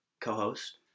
co-host